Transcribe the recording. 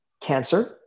cancer